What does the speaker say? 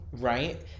Right